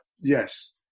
yes